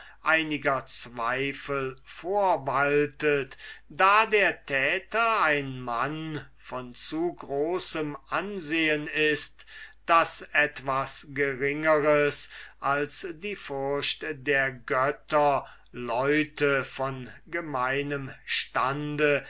einiger zweifel vorwaltet da der täter ein mann von zu großem ansehen ist als daß etwas geringeres als die furcht der götter leute von gemeinem stande